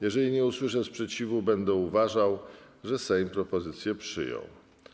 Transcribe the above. Jeżeli nie usłyszę sprzeciwu, będę uważał, że Sejm propozycje przyjął.